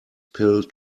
pill